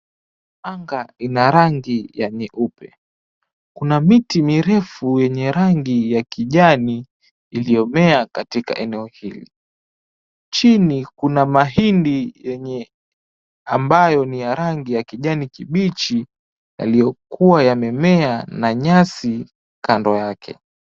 Anga ina rangi ya nyeupe. Kuna miti mirefu yenye rangi ya kijani iliyomea katika eneo hili. Chini kuna mahindi ambayo ni ya rangi ya kijani kibichi yaliyokuwa yamemea na nyasi kando yake.